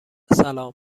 سلام